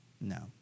No